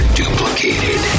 duplicated